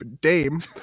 dame